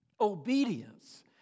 obedience